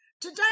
Today